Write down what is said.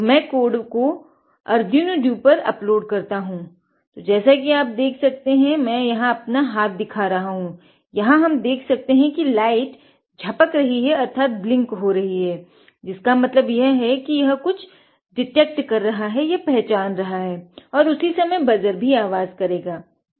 तो मैं कोड को पर अरडूयुइनो ड्यू कर रही है और उसी समय बजर भी आवाज़ कर रहा है